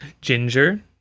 Ginger